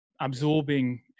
absorbing